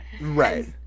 Right